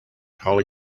holly